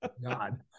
God